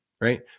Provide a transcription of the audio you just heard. right